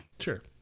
Sure